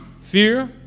fear